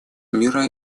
мира